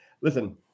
listen